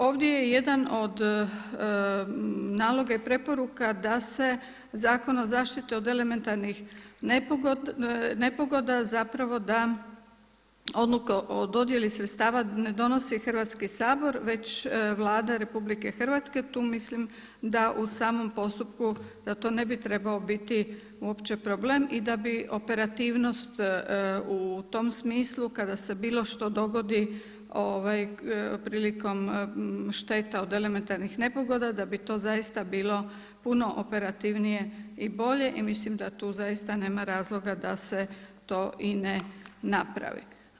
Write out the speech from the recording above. Ovdje je jedan od nalog i preporuka da se Zakon o zaštiti od elementarnih nepogoda zapravo da odluka o dodjeli sredstava ne donosi Hrvatski sabor već Vlada RH, tu mislim da u samom postupku da to ne bi trebao biti uopće problem i da bi operativnost u tom smislu kada se bilo što dogodi prilikom šteta od elementarnih nepogoda da bi to zaista bilo puno operativnije i bolje i mislim da tu zaista nema razloga da se to i ne napravi.